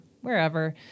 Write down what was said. wherever